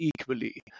equally